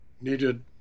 needed